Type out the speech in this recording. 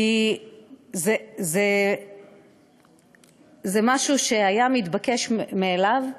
כי זה משהו שהיה מתבקש מאליו,